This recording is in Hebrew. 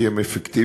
כי הן אפקטיביות,